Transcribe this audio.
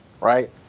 right